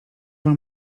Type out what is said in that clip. mam